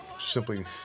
simply